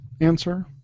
answer